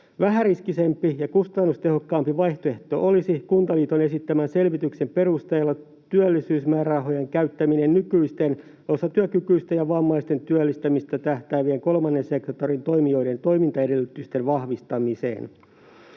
Vähäriskisempi ja kustannustehokkaampi vaihtoehto olisi Kuntaliiton esittämän selvityksen perusteella työllisyysmäärärahojen käyttäminen nykyisten osatyökykyisten ja vammaisten työllistämiseen tähtäävien kolmannen sektorin toimijoiden toimintaedellytysten vahvistamiseen.